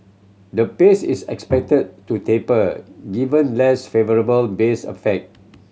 the pace is expected to taper given less favourable base effect